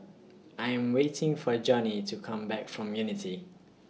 I Am waiting For Johney to Come Back from Unity